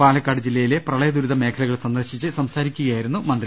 പാലക്കാട് ജില്ലയിലെ പ്രളയദുരിത മേഖ ലകൾ സന്ദർശിച്ചു സംസാരിക്കുകയായിരുന്നു മന്ത്രി